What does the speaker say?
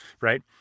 right